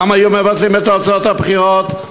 גם היו מבטלים את תוצאות הבחירות?